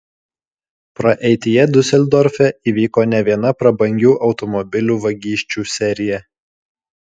praeityje diuseldorfe įvyko ne viena prabangių automobilių vagysčių serija